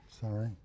Sorry